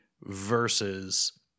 versus